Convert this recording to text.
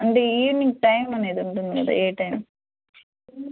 అంటే evening time అనేది ఉంటుంది కదా ఏ టైం